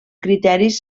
criteris